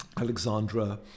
Alexandra